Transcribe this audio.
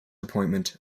appointment